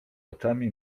oczami